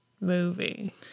movie